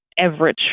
average